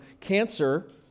cancer